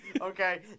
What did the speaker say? Okay